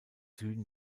süden